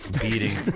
Beating